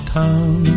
town